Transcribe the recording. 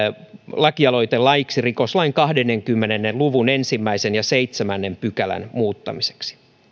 lakialoite laiksi rikoslain kahdenkymmenen luvun ensimmäisen ja seitsemännen pykälän muuttamisesta